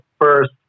first